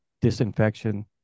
disinfection